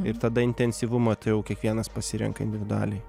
ir tada intensyvumą tai jau kiekvienas pasirenka individualiai